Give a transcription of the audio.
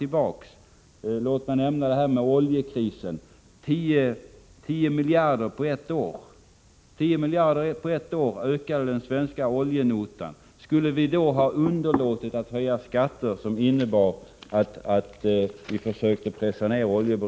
Låt mig bara nämna det här med oljekrisen. Den svenska oljenotan ökade under ett år med 10 miljarder. Skulle vi då ha underlåtit att pressa ned oljeberoendet i syfte att höja skatter?